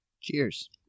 Cheers